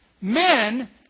Men